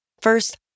First